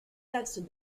taxes